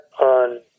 on